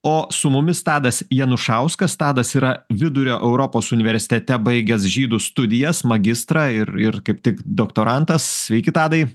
o su mumis tadas janušauskas tadas yra vidurio europos universitete baigęs žydų studijas magistrą ir ir kaip tik doktorantas sveiki tadai